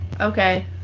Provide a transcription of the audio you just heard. Okay